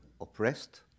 oppressed